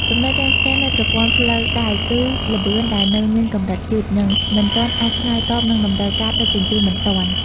ចំណុចរាំងស្ទះនៃប្រព័ន្ធផ្លូវដែក គឺល្បឿនដែលនៅមានកម្រិតយឺត និងមិនទាន់អាចឆ្លើយតបនឹងតម្រូវការដឹកជញ្ជូនបន្ទាន់។